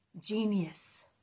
genius